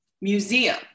Museum